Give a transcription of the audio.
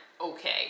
okay